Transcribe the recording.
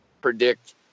predict